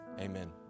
Amen